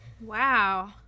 Wow